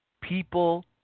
people